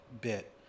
bit